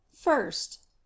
first